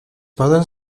poden